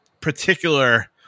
particular